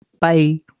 Bye